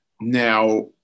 Now